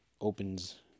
opens